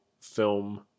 film